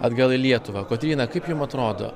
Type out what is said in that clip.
atgal į lietuvą kotryna kaip jum atrodo